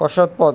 পশ্চাৎপদ